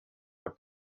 what